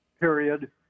period